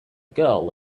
girl